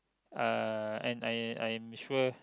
uh and I I am sure